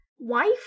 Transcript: Wife